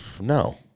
no